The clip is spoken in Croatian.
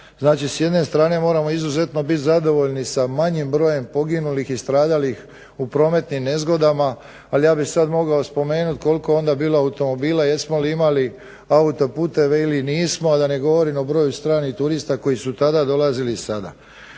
s jedne strane moramo biti izuzetno zadovoljni sa manjim brojem poginulih i stradalih u prometnim nezgodama. Ali ja bi samo mogao spomenuti koliko je onda bilo automobila, jesmo mi imali autoputove ili nismo, a da ne govorim o broju stranih turista koji su tada dolazili i sada.